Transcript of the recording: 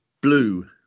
blue